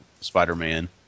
Spider-Man